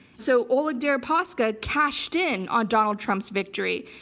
so oleg deripaska cashed in on donald trump's victory.